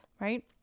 Right